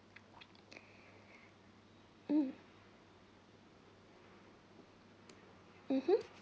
mm mmhmm